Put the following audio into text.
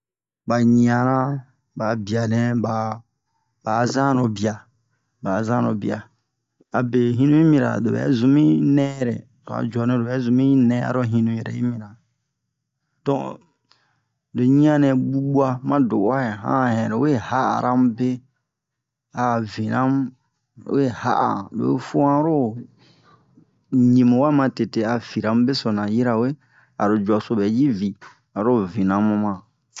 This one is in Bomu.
ba ɲiana ba'a bianɛ ba ba'a zanro bia ba'a zanro bia abe hinu yi mira lo bɛ zun mi nɛ yɛrɛ lo a juanɛ lo bɛ zun mi nɛ aro hinu yɛrɛ yi mira don lo ɲi'an nɛ bu'buwa ma do'uwa han a hin lowe ha'ara mu be a vina mu lo we ha'a han lo'i fua han aro ɲi mu wa ma tete a fira mu besona yirawe aro jua so bɛ yi vi aro vina mu ma